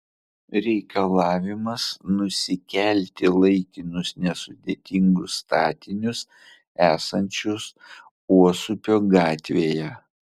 reikalavimas nusikelti laikinus nesudėtingus statinius esančius uosupio gatvėje